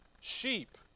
Sheep